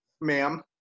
ma'am